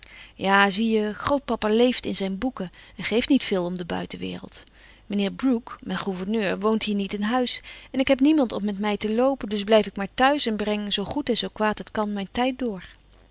ja zie je grootpapa leeft in zijn boeken en geeft niet veel om de buitenwereld mijnheer brooke mijn gouverneur woont hier niet in huis en ik heb niemand om met mij te loopen dus blijf ik maar thuis en breng zoo goed en zoo kwaad het kan mijn tijd door